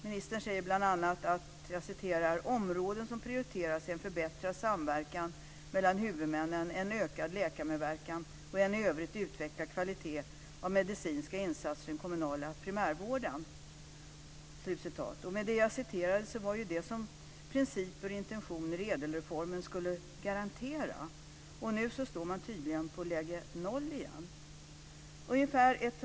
Ministern säger bl.a. att "områden som prioriteras är en förbättrad samverkan mellan huvudmännen, en ökad läkarmedverkan och en i övrigt utvecklad kvalitet av medicinska insatser i den kommunala primärvården." Det jag citerade var ju det som principer och intentioner i ädelreformen skulle garantera.